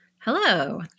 Hello